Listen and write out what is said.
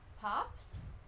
Pops